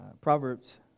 Proverbs